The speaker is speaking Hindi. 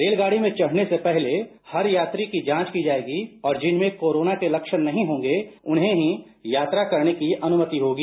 रेलगाड़ी में चढ़ने से पहले हर यात्री की जांच की जाएगी और जिनमें कोरोना के लक्षण नहीं होंगे उन्हें ही यात्रा करने की अनुमति होगी